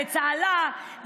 לצהלה,